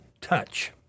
Touch